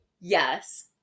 Yes